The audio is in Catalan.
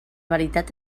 veritat